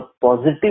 positive